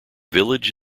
village